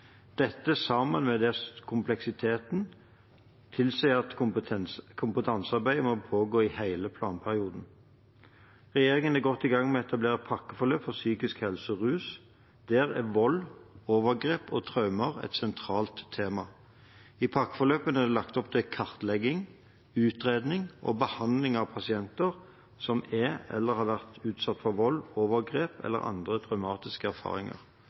Dette, sammen med kompleksiteten i feltet, tilsier at kompetansearbeidet må pågå i hele planperioden. Regjeringen er godt i gang med å etablere pakkeforløp for psykisk helse og rus. Der er vold, overgrep og traumer sentrale temaer. I pakkeforløpene er det lagt opp til kartlegging, utredning og behandling av pasienter som er eller har vært utsatt for vold, overgrep eller andre traumatiske erfaringer.